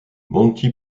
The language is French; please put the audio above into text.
monty